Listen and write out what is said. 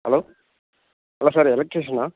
hello hello sir எலெக்ட்ரிஷியனா